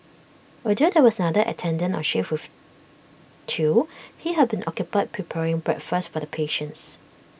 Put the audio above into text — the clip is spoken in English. although there was another attendant on shift with Thu he had been occupied preparing breakfast for the patients